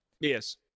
Yes